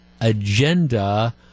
agenda